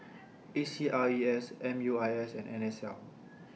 A C R E S M U I S and N S L